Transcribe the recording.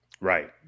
right